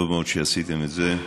טוב מאוד שעשיתם את זה.